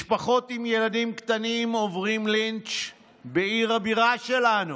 משפחות עם ילדים קטנים עוברים לינץ' בעיר הבירה שלנו.